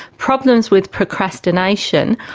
problems with procrastination,